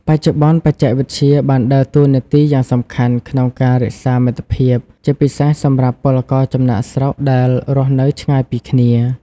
បច្ចុប្បន្ន បច្ចេកវិទ្យាបានដើរតួនាទីយ៉ាងសំខាន់ក្នុងការរក្សាមិត្តភាព ជាពិសេសសម្រាប់ពលករចំណាកស្រុកដែលរស់នៅឆ្ងាយពីគ្នា ។